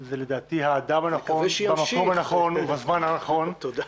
לדעתי, האדם הנכון, במקום הנכון ובמזמן הנכון.